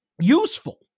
useful